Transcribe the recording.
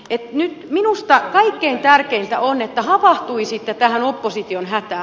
nyt minusta kaikkein tärkeintä on että havahtuisitte tähän opposition hätään